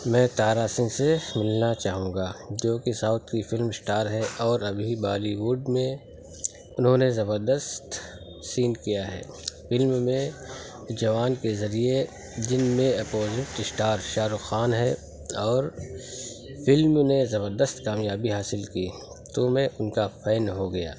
میں تارا سنگھ سے ملنا چاہوں گا جو کہ ساوتھ کی فلم اسٹار ہیں اور ابھی بالی وڈ میں انہوں نے زبردست سین کیا ہے فلم میں جوان کے ذریعے جن میں اپوزٹ اسٹار شاہ رخ خان ہیں اور فلم نے زبردست کامیابی حاصل کی تو میں ان کا فین ہو گیا